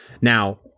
Now